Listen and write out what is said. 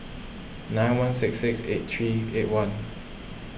nine one six six eight three eight one